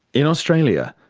in australia,